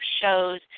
shows